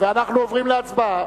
ואנחנו עוברים להצבעה.